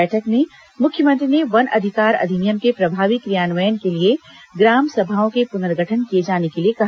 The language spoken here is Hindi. बैठक में मुख्यमंत्री ने वन अधिकार अधिनियम के प्रभावी क्रियान्वयन के लिए ग्राम सभाओं के प्नर्गठन किए जाने के लिए कहा